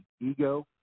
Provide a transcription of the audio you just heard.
ego